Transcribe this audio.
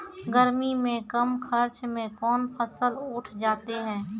गर्मी मे कम खर्च मे कौन फसल उठ जाते हैं?